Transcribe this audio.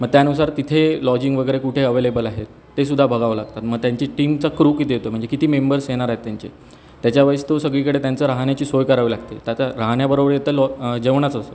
मग त्यानुसार तिथे लॉजिंग वगैरे कुठे ॲवेलेबल आहेत ते सुद्धा बघावं लागतात मग त्यांची टीमचा क्रु किती येतो आहे म्हणजे किती मेंबर्स येणार आहेत त्यांचे त्याच्या वेळेस तो सगळीकडे त्यांचा राहण्याची सोय करावी लागते त्यात राहण्याबरोबर इतर लॉ जेवणाचं असं